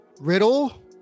Riddle